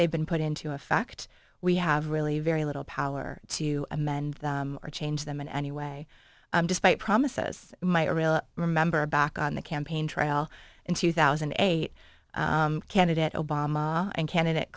they've been put into effect we have really very little power to amend them or change them in any way despite promises my real remember back on the campaign trail in two thousand and eight candidate obama and candidate